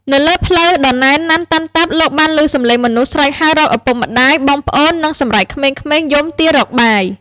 នៅលើផ្លូវដ៏ណែនណាន់តាន់តាប់ លោកបានឮសំឡេងមនុស្សស្រែកហៅរកឪពុកម្តាយ បងប្អូន និងសម្រែកក្មេងៗយំទាររកបាយ។